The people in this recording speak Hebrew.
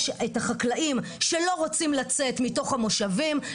יש את החקלאים שלא רוצים לצאת מתוך המושבים.